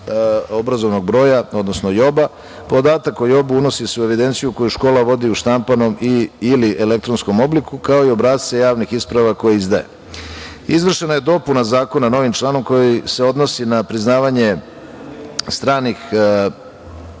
obrazovnog broja, odnosno JOB-a. Podatak koji je JOB unosi se u evidenciju koju škola vodi u štampanom ili elektronskom obliku, kao i obrasce javnih isprava koje izdaje. Izvršena je dopuna zakona novim članom koji se odnosi na priznavanje stranih